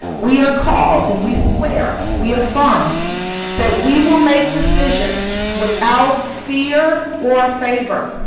we are called, and we swear, we affirm that we will make decisions without fear or favor.